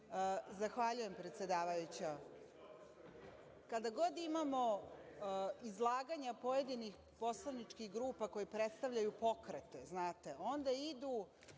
Zahvaljujem predsedavajuća. Kada god imamo izlaganja pojedinih poslaničkih grupa koje predstavljaju pokrete, onda idu